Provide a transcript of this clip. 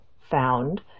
found